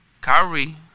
Kyrie